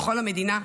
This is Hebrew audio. לכל המדינה,